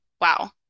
wow